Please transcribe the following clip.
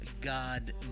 God